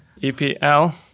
EPL